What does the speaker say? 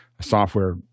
software